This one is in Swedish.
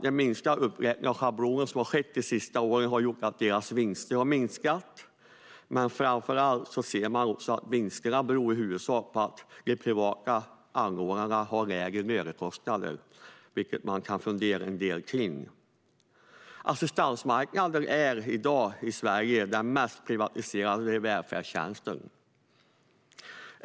Den minskade uppräkningen av schablonen de senaste åren har gjort att deras vinster har minskat. Man ser också att vinsterna i huvudsak beror på att de privata anordnarna har lägre lönekostnader, vilket man kan fundera en del på. Assistansmarknaden är i dag den mest privatiserade välfärdstjänsten i Sverige.